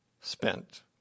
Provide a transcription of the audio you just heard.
spent